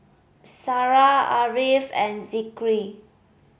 Sarah Ariff and Zikri